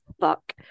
fuck